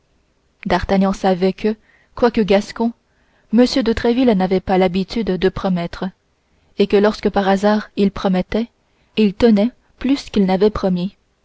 d'artagnan savait que quoique gascon m de tréville n'avait pas l'habitude de promettre et que lorsque par hasard il promettait il tenait plus qu'il n'avait promis